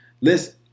Listen